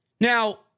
Now